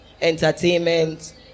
entertainment